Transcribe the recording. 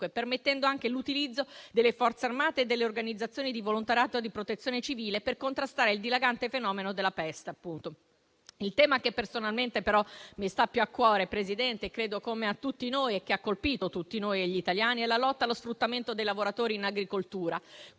permettendo anche l'utilizzo delle Forze armate e delle organizzazioni di volontariato e di protezione civile per contrastare il dilagante fenomeno della peste. Il tema che personalmente però mi sta più a cuore, signor Presidente, come a tutti noi e che ha colpito tutti gli italiani, è la lotta allo sfruttamento dei lavoratori in agricoltura: